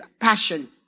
Passion